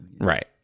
Right